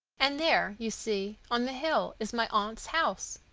and there, you see, on the hill, is my aunt's house.